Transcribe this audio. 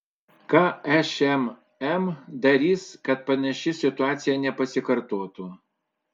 ką šmm darys kad panaši situacija nepasikartotų